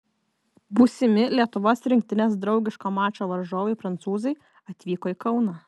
būsimi lietuvos rinktinės draugiško mačo varžovai prancūzai atvyko į kauną